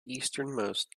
easternmost